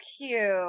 cute